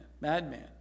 madman